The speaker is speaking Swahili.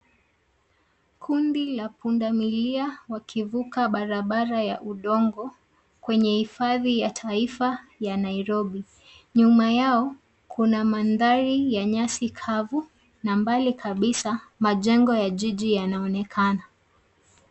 Kundi la punda milia wakivuka barabara ya udongo kwenye hifadhi ya taifa ya Nairobi. Nyuma yao, kuna mandhari ya nyasi kavu na mbali kabisa majengo ya jiji yanaonekana.